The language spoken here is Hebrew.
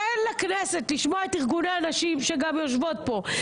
תן לכנסת לשמוע את ארגוני הנשים שגם יושבות פה,